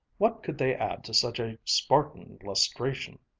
what could they add to such a spartan lustration?